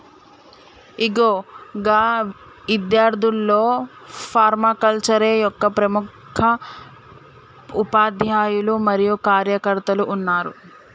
ఇగో గా ఇద్యార్థుల్లో ఫర్మాకల్చరే యొక్క ప్రముఖ ఉపాధ్యాయులు మరియు కార్యకర్తలు ఉన్నారు